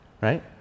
right